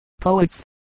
poets